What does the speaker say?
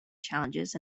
challenges